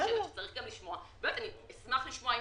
אני אשמח לשמוע אם